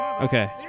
Okay